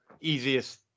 Easiest